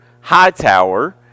Hightower